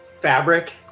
fabric